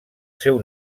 seu